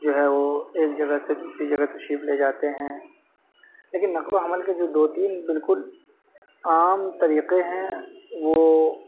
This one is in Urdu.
جو ہے وہ ایک جگہ سے دوسری جگہ تشریف لے جاتے ہیں لیکن نقل و حمل کے جو دو تین بالکل عام طریقے ہیں وہ